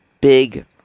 big